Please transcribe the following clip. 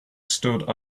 stood